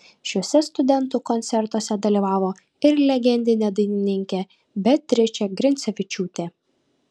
šiuose studentų koncertuose dalyvavo ir legendinė dainininkė beatričė grincevičiūtė